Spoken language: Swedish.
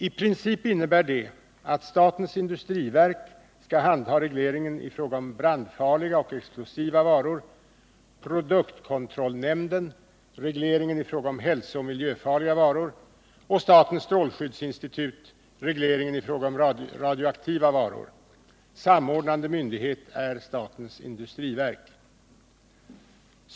I princip innebär detta att statens industriverk skall handha regleringen i fråga om brandfarliga och explosiva varor, produktkontrollnämnden regleringen i fråga om hälsooch miljöfarliga varor och statens strålskyddsinstitut regleringen i fråga om radioaktiva varor. Samordnande myndighet är statens industriverk.